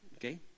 Okay